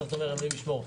אתה אומר: אלוהים ישמור,